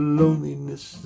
loneliness